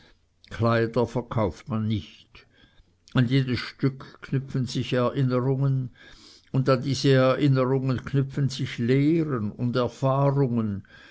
kleider verkauft man nicht an jedes stück knüpfen sich erinnerungen und an diese erinnerungen knüpfen sich lehren und erfahrungen